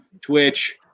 Twitch